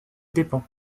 dépend